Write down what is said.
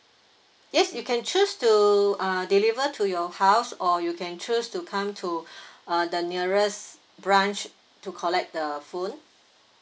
yes you can choose to uh deliver to your house or you can choose to come to uh the nearest branch to collect the phone